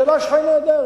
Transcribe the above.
השאלה שלך היא נהדרת,